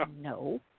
No